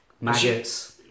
maggots